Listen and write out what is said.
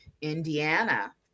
Indiana